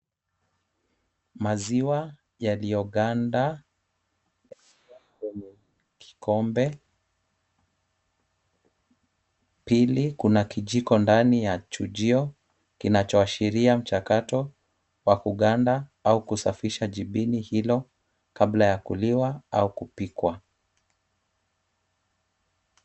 Maziwa yaliyoganda kwenye kikombe, pili Kuna kijiko ndani ya jujio, kinachoashiria mchakato wa kuganda au kusafisha jibini hilo kabla ya kuliwa au kupikwa.